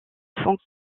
font